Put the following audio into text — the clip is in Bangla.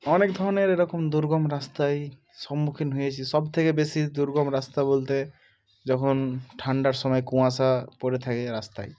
অনেক ধরনের এরকম দুর্গম রাস্তায় সম্মুখীন হয়েছি সবথেকে বেশি দুর্গম রাস্তা বলতে যখন ঠান্ডার সময় কুয়াশা পড়ে থাকে রাস্তায়